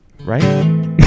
Right